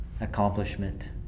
accomplishment